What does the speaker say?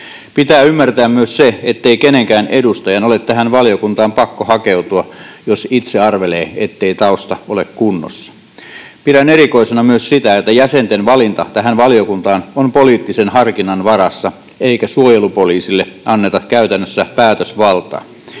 Pitää ymmärtää myös se, ettei kenenkään edustajan ole tähän valiokuntaan pakko hakeutua, jos itse arvelee, ettei tausta ole kunnossa. Pidän erikoisena myös sitä, että jäsenten valinta tähän valiokuntaan on poliittisen harkinnan varassa eikä suojelupoliisille anneta käytännössä päätösvaltaa.